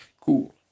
Cool